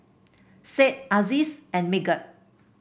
Said Aziz and Megat